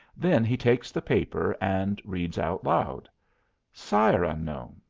then he takes the paper and reads out loud sire unknown,